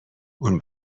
اون